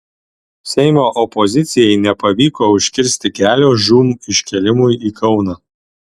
seimo opozicijai nepavyko užkirsti kelio žūm iškėlimui į kauną